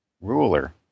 ruler